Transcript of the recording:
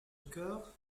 cœur